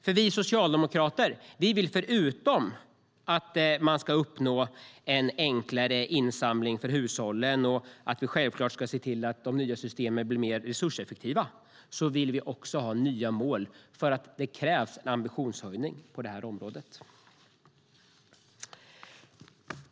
Förutom att vi vill att man ska få en enklare insamling för hushållen och att vi ska se till att de nya systemen blir mer resurseffektiva vill vi socialdemokrater ha nya mål. Det krävs en ambitionshöjning på det här området.